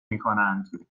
میکنند